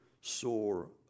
sore